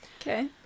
Okay